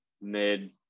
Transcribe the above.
mid